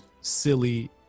silly